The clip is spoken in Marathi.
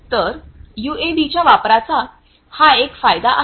तर यूएव्हीच्या वापराचा हा एक फायदा आहे